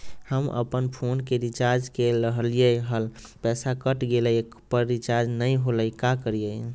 हम अपन फोन के रिचार्ज के रहलिय हल, पैसा कट गेलई, पर रिचार्ज नई होलई, का करियई?